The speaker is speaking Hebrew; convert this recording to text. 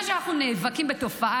את בעצם מוכיחה את חוסר